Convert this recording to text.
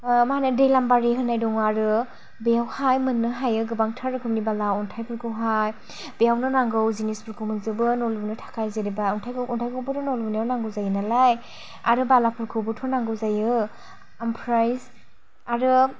मा होनो दैलांबारि होननाय दं आरो बेयावहाय मोननो हायो गोबांथार रोखोमनि बाला अन्थाइखौहाय बेयावनो नांगौ जिनिसफोरखौ मोनजोबो न' लुनो थाखाय जेनबा अन्थाइखौ अन्थाइफोरखौ न' लुनायाव नांगौ जायो नालाय आरो बालाफोरखौबोथ' नांगौ जायो ओमफ्राय आरो